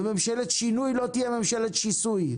ממשלת שינוי לא תהיה ממשלת שיסוי,